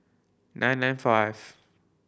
nine nine five